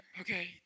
Okay